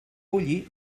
bullir